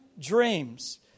dreams